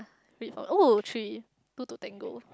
oh three two to tango